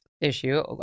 issue